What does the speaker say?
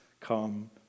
come